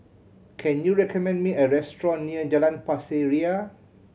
can you recommend me a restaurant near Jalan Pasir Ria